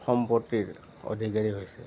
সম্পত্তিৰ অধিকাৰী হৈছে